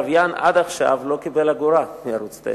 הלוויין עד עכשיו לא קיבל אגורה מערוץ-9.